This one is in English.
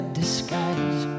disguise